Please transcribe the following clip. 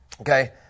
Okay